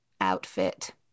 outfit